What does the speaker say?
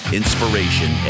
inspiration